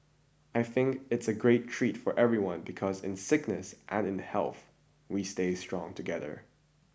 I think it's a great treat for everyone because in sickness and in health we stay strong together